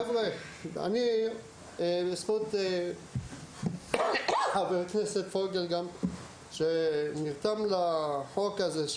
גם בזכות חבר הכנסת פוגל, שנרתם לחוק הזה.